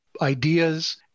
ideas